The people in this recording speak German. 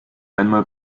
einmal